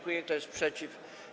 Kto jest przeciw?